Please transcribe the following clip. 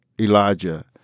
Elijah